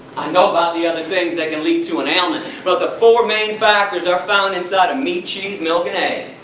i know about the other things that can lead to an ailment, but the four main factors are found inside of meat, cheese, milk and eggs.